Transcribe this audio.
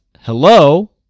hello